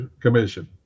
commission